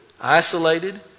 isolated